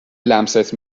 لمست